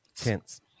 Tense